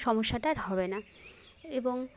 সমস্যাটা আর হবে না এবং